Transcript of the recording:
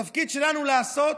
התפקיד שלנו לעשות,